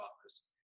office